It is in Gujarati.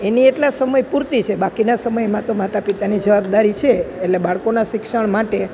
એની એટલા સમય પૂરતી છે બાકીના સમયમાં તો માતા પિતાની જવાબદારી છે એટલે બાળકોનાં શિક્ષણ માટે